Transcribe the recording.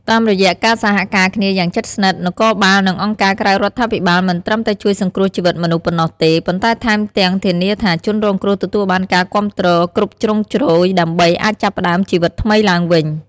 តាមរយៈការសហការគ្នាយ៉ាងជិតស្និទ្ធ នគរបាល និងអង្គការក្រៅរដ្ឋាភិបាលមិនត្រឹមតែជួយសង្គ្រោះជីវិតមនុស្សប៉ុណ្ណោះទេ ប៉ុន្តែថែមទាំងធានាថាជនរងគ្រោះទទួលបានការគាំទ្រគ្រប់ជ្រុងជ្រោយ ដើម្បីអាចចាប់ផ្ដើមជីវិតថ្មីឡើងវិញ។